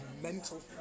mental